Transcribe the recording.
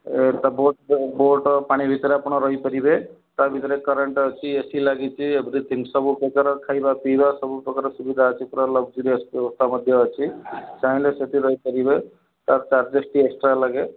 ଏ ତ boat boat ପାଣି ଭିତରେ ଆପଣ ରହିପାରିବେ ତା ଭିତରେ କରେଣ୍ଟ୍ ଅଛି ଏ ସି ଲାଗିଛି ଏଭ୍ରିଥିଙ୍ଗ୍ ସବୁପ୍ରକାର ଖାଇବା ପିଇବା ସବୁ ପ୍ରକାର ସୁବିଧା ଅଛି ପୁରା ଲକ୍ଜୁରିୟସ୍ ବ୍ୟବସ୍ଥା ମଧ୍ୟ ଅଛି ଚାହିଁଲେ ସେଠି ରହିପାରିବେ ତାର ଚାର୍ଜେସ୍ ଟିକେ ଏକ୍ସଟ୍ରା ଲାଗେ